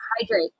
hydrate